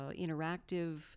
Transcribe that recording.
interactive